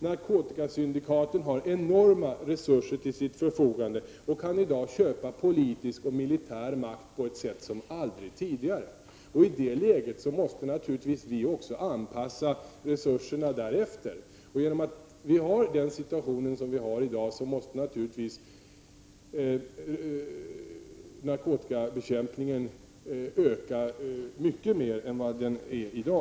Narkotikasyndikaten har enorma ekonomiska resurser till sitt förfogande och kan i dag köpa politisk och militär makt på ett sätt som aldrig har varit möjligt tidigare. I det läget måste vi naturligtvis anpassa våra resurser. I dagens situation måste narkotikabekämpningen i Sverige ha en mycket större omfattning än vad den har.